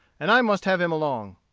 and i must have him along.